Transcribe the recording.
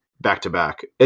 back-to-back